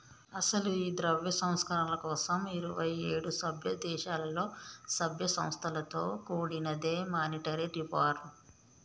అసలు ఈ ద్రవ్య సంస్కరణల కోసం ఇరువైఏడు సభ్య దేశాలలో సభ్య సంస్థలతో కూడినదే మానిటరీ రిఫార్మ్